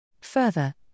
further